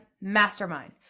Mastermind